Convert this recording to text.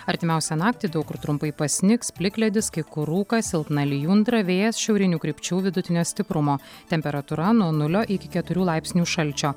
artimiausią naktį daug kur trumpai pasnigs plikledis kai kur rūkas silpna lijundra vėjas šiaurinių krypčių vidutinio stiprumo temperatūra nuo nulio iki keturių laipsnių šalčio